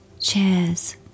chairs